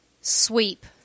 sweep